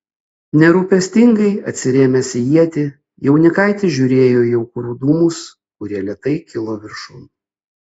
nerūpestingai atsirėmęs į ietį jaunikaitis žiūrėjo į aukurų dūmus kurie lėtai kilo viršun